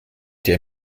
der